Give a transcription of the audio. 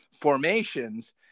formations